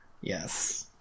Yes